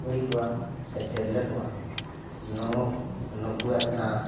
ᱠᱩᱲᱤ ᱠᱚᱣᱟᱜ ᱥᱮ ᱛᱤᱨᱞᱟᱹ ᱠᱚᱣᱟᱜ ᱱᱩᱠᱩᱣᱟᱜ ᱡᱟᱦᱟᱸ